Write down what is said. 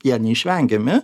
jie neišvengiami